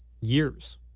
years